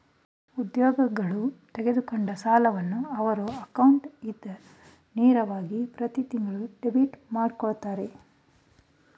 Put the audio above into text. ಉದ್ಯೋಗಗಳು ತೆಗೆದುಕೊಂಡ ಸಾಲವನ್ನು ಅವರ ಅಕೌಂಟ್ ಇಂದ ನೇರವಾಗಿ ಪ್ರತಿತಿಂಗಳು ಡೆಬಿಟ್ ಮಾಡಕೊಳ್ಳುತ್ತರೆ